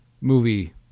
movie